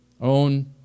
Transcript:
own